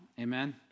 Amen